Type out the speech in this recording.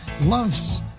Loves